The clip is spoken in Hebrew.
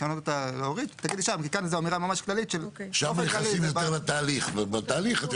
שהורשע בעבירה פלילית או בעבירת משמעת שמפאת